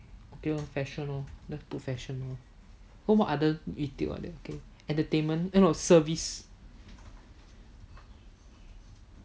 okay lor fashion lor just put fashion lor so what other retail are there entertainment eh no service